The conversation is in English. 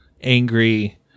angry